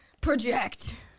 project